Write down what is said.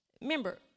remember